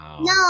No